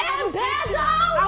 Embezzle